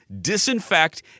disinfect